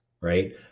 right